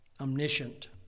Omniscient